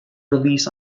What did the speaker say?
release